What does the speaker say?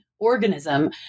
organism